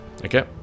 Okay